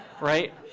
Right